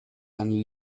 eine